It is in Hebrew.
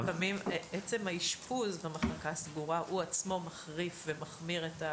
לפעמים עצם האשפוז במחלקה הסגורה הוא עצמו מחריף ומחמיר,